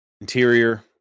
interior